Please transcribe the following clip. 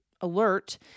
alert